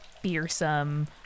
fearsome